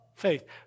faith